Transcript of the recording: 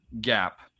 gap